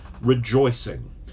rejoicing